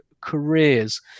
careers